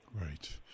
Right